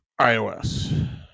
iOS